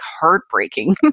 heartbreaking